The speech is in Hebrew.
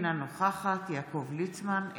אינה נוכחת יעקב ליצמן,